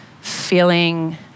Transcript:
feeling